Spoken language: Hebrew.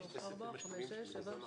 ותעלה למליאה לקריאה השנייה והשלישית.